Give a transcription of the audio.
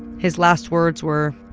his last words were,